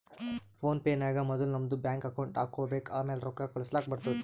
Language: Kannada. ಫೋನ್ ಪೇ ನಾಗ್ ಮೊದುಲ್ ನಮ್ದು ಬ್ಯಾಂಕ್ ಅಕೌಂಟ್ ಹಾಕೊಬೇಕ್ ಆಮ್ಯಾಲ ರೊಕ್ಕಾ ಕಳುಸ್ಲಾಕ್ ಬರ್ತುದ್